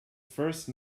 first